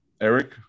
Eric